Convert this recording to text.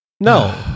No